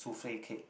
souffle cake